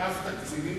אגף תקציבים